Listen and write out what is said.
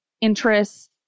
interests